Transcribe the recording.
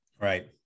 Right